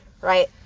right